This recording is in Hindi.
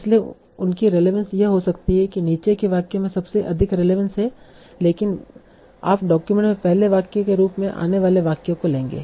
इसलिए उनकी रेलेवंस यह हो सकती है कि नीचे के वाक्य में सबसे अधिक रेलेवंस है लेकिन आप डॉक्यूमेंट में पहले वाक्य के रूप में आने वाले वाक्य को लेगें